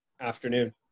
afternoon